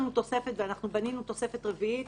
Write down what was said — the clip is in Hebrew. בנינו תוספת רביעית,